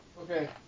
okay